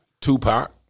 Tupac